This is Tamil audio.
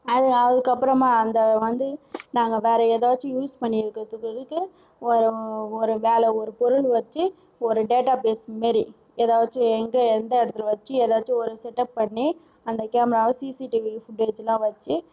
அது அதுக்கப்புறமா அந்த வந்து நாங்கள் வேறு ஏதாச்சும் யூஸ் பண்ணி இருக்கிறதுக்கு இதுக்கு ஒரு ஒரு வேலை ஒரு பொருள் வச்சு ஒரு டேட்டாபேஸ் மாரி ஏதாச்சும் எங்கள் எந்த இடத்துல வச்சு ஏதாச்சும் ஒரு செட்அப் பண்ணி அந்த கேமராவை சிசிடிவி ஃபுட்டேஜ்லாம் வச்சு